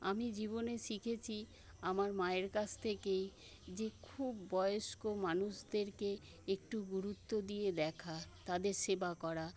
আমি জীবনে শিখেছি আমার মায়ের কাছ থেকে যে খুব বয়স্ক মানুষদেরকে একটু গুরুত্ব দিয়ে দেখা তাদের সেবা করা